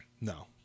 No